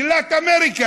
גילה את אמריקה.